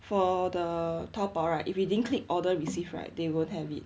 for the taobao right if we didn't click order receive right they won't have it